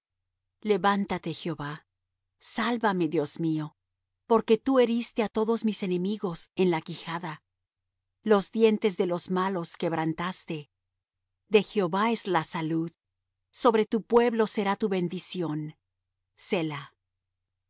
levántate jehová sálvame dios mío porque tú heriste á todos mis enemigos en la quijada los dientes de los malos quebrantaste de jehová es la salud sobre tu pueblo será tu bendición